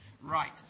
Right